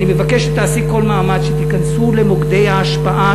אני מבקש שתעשי כל מאמץ שתיכנסו למוקדי ההשפעה,